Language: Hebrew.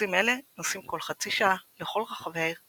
אוטובוסים אלה נוסעים כל חצי שעה לכל רחבי העיר,